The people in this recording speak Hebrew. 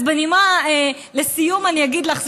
אז לסיום אני אגיד לך,